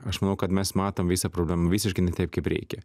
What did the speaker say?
aš manau kad mes matom visą problemą visiškai ne taip kaip reikia